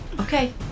Okay